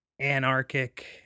anarchic